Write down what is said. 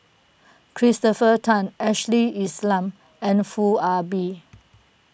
Christopher Tan Ashley Isham and Foo Ah Bee